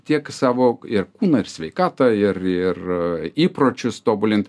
tiek savo ir kūną ir sveikatą ir ir įpročius tobulint